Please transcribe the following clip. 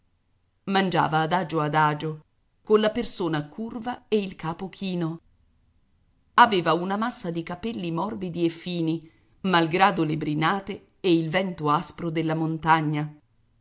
a vossignoria mangiava adagio adagio colla persona curva e il capo chino aveva una massa di capelli morbidi e fini malgrado le brinate ed il vento aspro della montagna